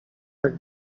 jak